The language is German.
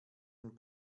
dem